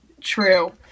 true